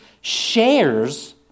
shares